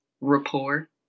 rapport